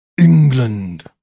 England